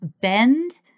bend